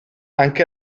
anche